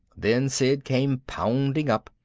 then sid came pounding up.